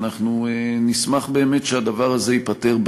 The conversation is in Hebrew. ואנחנו נשמח באמת שהדבר הזה ייפתר.